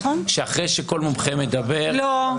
שאחרי שכל מומחה מדבר --- לא.